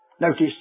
notice